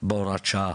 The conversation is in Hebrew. בהוראת שעה